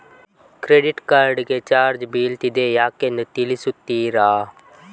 Credit card ಗೆ charge ಬೀಳ್ತಿದೆ ಯಾಕೆಂದು ತಿಳಿಸುತ್ತೀರಾ?